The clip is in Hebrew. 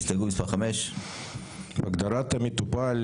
הסתייגות מספר 5. הגדרת המטופל,